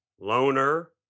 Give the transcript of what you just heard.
loner